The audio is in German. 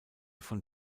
von